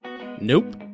Nope